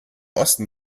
osten